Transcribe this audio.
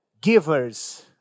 givers